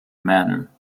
manner